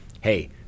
hey